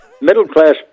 Middle-class